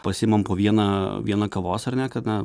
pasiimam po vieną vieną kavos ar ne kad na